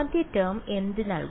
ആദ്യ ടേം എന്ത് നൽകും